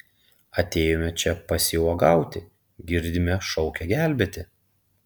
atėjome čia pasiuogauti girdime šaukia gelbėti